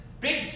big